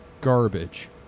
garbage